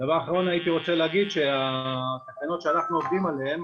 דבר אחרון שהייתי רוצה להגיד זה שהתקנות שאנחנו עובדים עליהן